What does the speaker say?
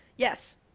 Yes